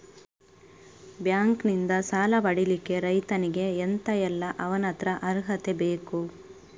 Bank ನಿಂದ ಸಾಲ ಪಡಿಲಿಕ್ಕೆ ರೈತನಿಗೆ ಎಂತ ಎಲ್ಲಾ ಅವನತ್ರ ಅರ್ಹತೆ ಬೇಕು?